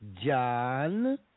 John